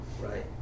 right